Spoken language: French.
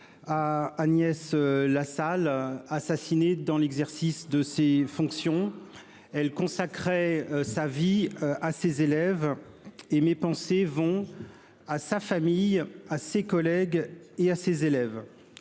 À Agnès Lassalle assassiné dans l'exercice de ses fonctions. Elle consacrait sa vie à ses élèves. Et mes pensées vont à sa famille, à ses collègues et à ses élèves.